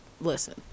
listen